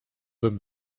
bym